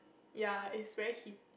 ya it's very heaty